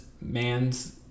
man's